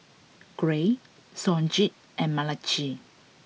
Gray Sonji and Malachi